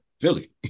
Philly